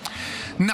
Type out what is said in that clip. האזור.